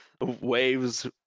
waves